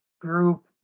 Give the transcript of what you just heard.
group